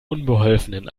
unbeholfenen